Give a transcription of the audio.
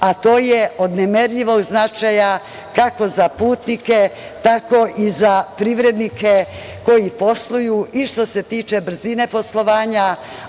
a to je od nemerljivog značaja, kako za putnike, tako i za privrednike koji posluju, i što se tiče brzine poslovanja,